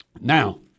Now